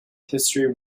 history